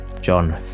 John